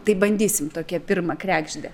tai bandysim tokią pirmą kregždę